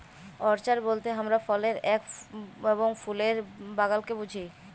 orchard বলতে হামরা ফলের এবং ফুলের বাগালকে বুঝি